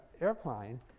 airplane